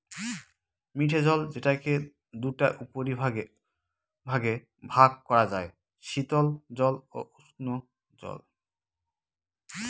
মিঠে জল যেটাকে দুটা উপবিভাগে ভাগ করা যায়, শীতল জল ও উষ্ঞজল